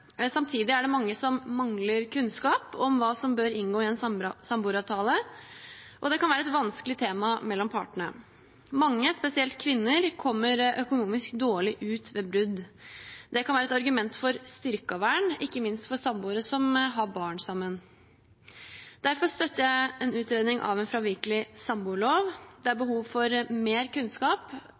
Samtidig er det mange som mangler kunnskap om hva som bør inngå i en samboeravtale, og det kan være et vanskelig tema mellom partene. Mange, spesielt kvinner, kommer økonomisk dårlig ut ved brudd. Det kan være et argument for styrket vern, ikke minst for samboere som har barn sammen. Derfor støtter jeg en utredning av en fravikelig samboerlov. Det er behov for mer kunnskap